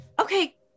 Okay